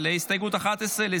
להסתייגות מס' 11,